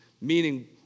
meaning